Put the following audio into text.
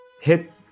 hit